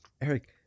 Eric